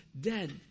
dead